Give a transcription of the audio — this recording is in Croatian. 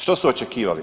Što su očekivali?